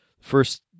first